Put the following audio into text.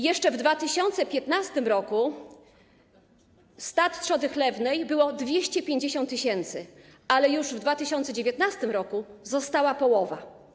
Jeszcze w 2015 r. stad trzoda chlewnej było 250 tys., ale już w 2019 r. została połowa.